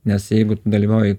nes jeigu tu dalyvauji